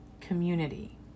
community